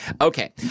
Okay